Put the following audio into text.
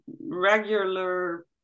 regular